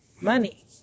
money